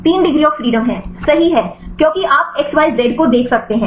3 degree of freedom सही है क्योंकि आप xyz को देख सकते हैं